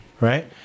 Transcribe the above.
right